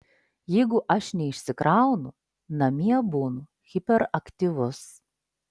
jeigu aš neišsikraunu namie būnu hiperaktyvus